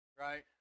Right